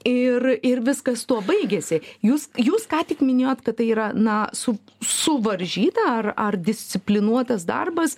ir ir viskas tuo baigėsi jūs jūs ką tik minėjot kad tai yra na su suvaržyta ar ar disciplinuotas darbas